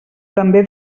també